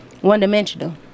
one-dimensional